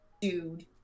dude